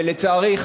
ולצערי,